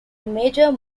major